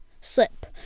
slip